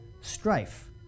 strife